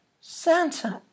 Santa